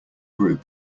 group